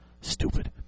stupid